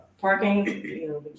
parking